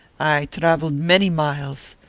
i travelled many miles.